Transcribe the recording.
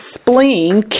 spleen